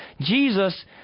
Jesus